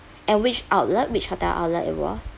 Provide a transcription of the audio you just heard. and which outlet which hotel outlet it was